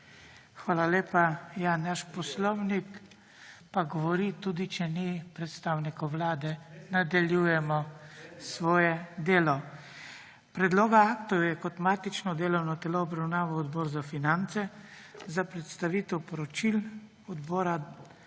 Hvala lepa. Ja, naš poslovnik pa govori: tudi, če ni predstavnikov Vlade. Nadaljujemo svoje delo. Predloga aktov je kot matično delovno telo obravnaval Odbor za finance. Za predstavitev poročil odbora